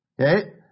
Okay